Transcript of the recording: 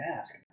ask